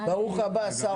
עד ההתקדמות בתחום.